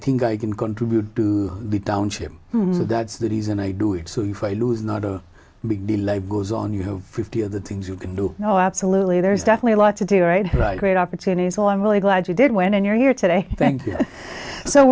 think i can contribute to the township that's the reason i do it so if i lose not a big deal life goes on you have fifty of the things you can do oh absolutely there's definitely a lot today right right great opportunity so i'm really glad you did when you're here today